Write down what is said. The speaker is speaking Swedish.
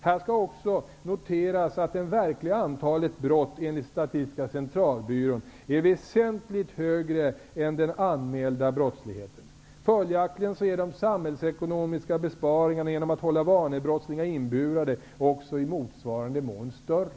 Här skall också noteras att det verkliga antalet brott enligt Statistiska centralbyrån är väsentligt högre än den anmälda brottsligheten. Följaktligen är de samhällsekonomiska besparingarna av att hålla vanebrottslingar inburade också i motsvarande mån större.